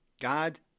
God